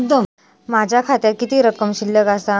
माझ्या खात्यात किती रक्कम शिल्लक आसा?